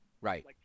right